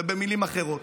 ובמילים אחרות,